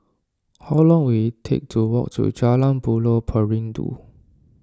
how long will it take to walk to Jalan Buloh Perindu